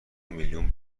میلیون